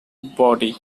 body